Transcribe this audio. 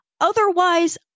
otherwise